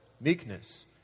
meekness